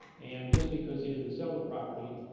and just because he didn't sell the property,